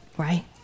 Right